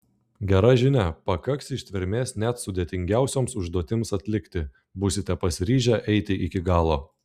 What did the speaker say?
gera žinia pakaks ištvermės net sudėtingiausioms užduotims atlikti būsite pasiryžę eiti iki galo